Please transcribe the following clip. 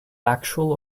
actual